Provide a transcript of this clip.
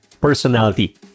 personality